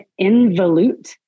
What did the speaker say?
involute